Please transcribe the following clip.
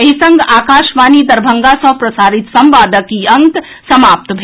एहि संग आकाशवाणी दरभंगा सँ प्रसारित संवादक ई अंक समाप्त भेल